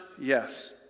Yes